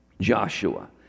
Joshua